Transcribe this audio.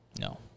No